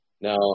Now